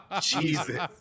Jesus